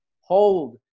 Hold